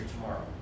tomorrow